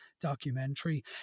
documentary